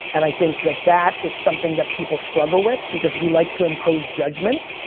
and i think that that is something that people struggle with because we like to impose judgment,